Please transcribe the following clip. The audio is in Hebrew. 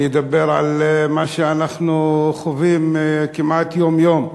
אני אדבר על מה שאנחנו חווים כמעט יום-יום,